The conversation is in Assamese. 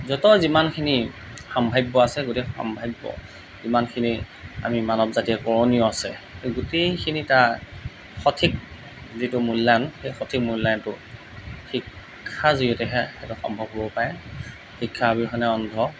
যত যিমানখিনি সম্ভাব্য আছে গোটেই সম্ভাব্য যিমানখিনি আমি মানৱ জাতিয়ে কৰণীয় আছে সেই গোটেইখিনি তাৰ সঠিক যিটো মূল্যায়ন সেই সঠিক মূল্যায়নটো শিক্ষা যিহেতুহে সম্ভৱ হ'ব পাৰে শিক্ষা অবিহনে অন্ধ